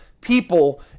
people